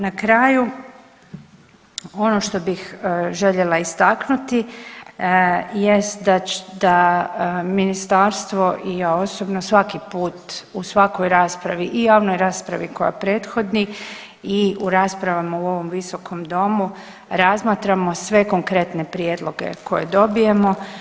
Na kraju ono što bih željela istaknuti jest da ministarstvo i ja osobno svaki put u svakoj raspravi i u javnoj raspravi koja prethodi i u raspravama u ovom visokom domu razmatramo sve konkretne prijedloge koje dobijemo.